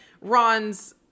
Ron's